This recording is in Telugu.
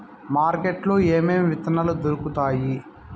మార్కెట్ లో ఏమేమి విత్తనాలు దొరుకుతాయి